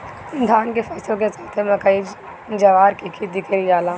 धान के फसल के साथे मकई, जवार के खेती कईल जाला